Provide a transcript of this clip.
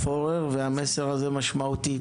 המסר הזה משמעותי.